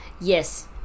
Yes